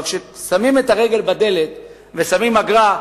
אבל כששמים את הרגל בדלת ושמים אגרה,